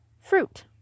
Fruit